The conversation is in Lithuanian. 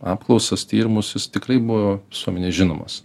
apklausas tyrimus jis tikrai buvo visuomenei žinomas